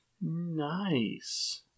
Nice